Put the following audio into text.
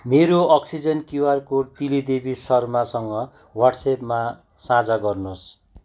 मेरो oxygen QR code Tili Devi शर्मासँग वाट्सेपमा साझा गर्नुहोस्